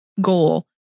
goal